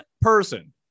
person